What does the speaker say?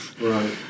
Right